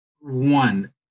one